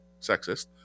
sexist